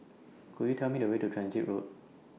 Could YOU Tell Me The Way to Transit Road